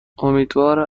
امیدوارم